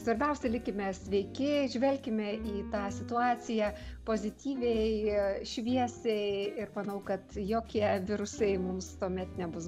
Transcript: svarbiausia likime sveiki žvelkime į tą situaciją pozityviai šviesiai ir manau kad jokie virusai mums tuomet nebus